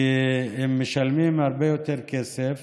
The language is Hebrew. כי הם משלמים הרבה יותר כסף